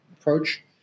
approach